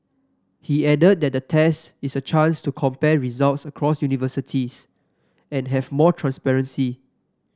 he added that the test is a chance to compare results across universities and have more transparency